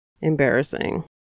embarrassing